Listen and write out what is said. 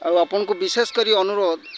ଆଉ ଆପଣଙ୍କୁ ବିଶେଷ କରି ଅନୁରୋଧ